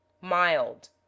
Mild